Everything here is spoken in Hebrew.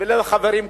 לחברים כאן: